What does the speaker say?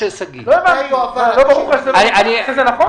שזה נכון?